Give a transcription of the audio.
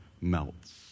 melts